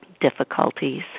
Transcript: difficulties